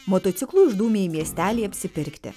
motociklu išdūmė į miestelį apsipirkti